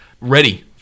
ready